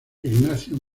ignacio